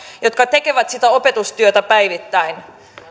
jotka tekevät sitä opetustyötä päivittäin